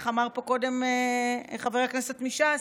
איך אמר פה קודם חבר הכנסת מש"ס,